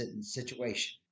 situation